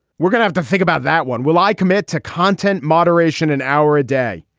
we're gonna have to think about that one will i commit to content moderation an hour a day.